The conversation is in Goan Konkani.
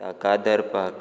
ताका धरपाक